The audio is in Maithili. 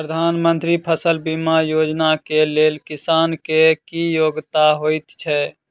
प्रधानमंत्री फसल बीमा योजना केँ लेल किसान केँ की योग्यता होइत छै?